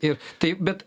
ir taip bet